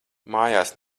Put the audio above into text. mājās